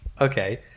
Okay